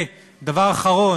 ודבר אחרון,